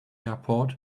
airport